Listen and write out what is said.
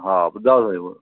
हा ॿुधायो साहिब